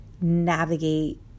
navigate